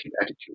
attitude